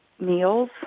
meals